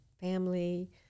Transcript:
family